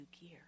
gear